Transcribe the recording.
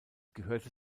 gehörte